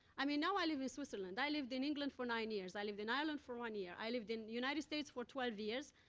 i mean, now i live in switzerland. i lived in england for nine years. i lived in ireland for one year. i lived in united states for twelve years.